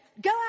go